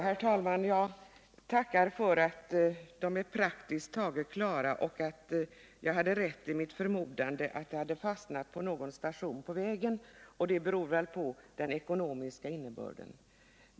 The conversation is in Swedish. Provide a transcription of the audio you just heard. Herr talman! Jag tackar för att direktiven är praktiskt taget klara och att jag hade rätt i mitt förmodande att de hade fastnat vid någon station på vägen. Det beror väl på den ekonomiska innebörden.